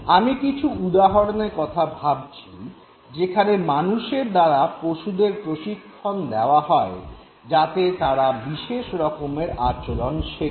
আমি কিছু উদাহরণের কথা ভাবছি যেখানে মানুষের দ্বারা পশুদের প্রশিক্ষণ দেওয়া হয় যাতে তারা বিশেষ রকমের আচরণ শেখে